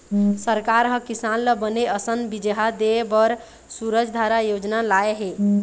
सरकार ह किसान ल बने असन बिजहा देय बर सूरजधारा योजना लाय हे